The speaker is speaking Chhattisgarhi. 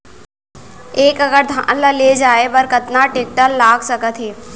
एक एकड़ धान ल ले जाये बर कतना टेकटर लाग सकत हे?